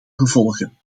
gevolgen